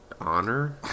honor